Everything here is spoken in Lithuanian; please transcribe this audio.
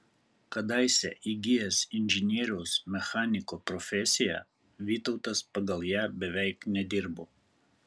kadaise įgijęs inžinieriaus mechaniko profesiją vytautas pagal ją beveik nedirbo